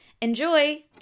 Enjoy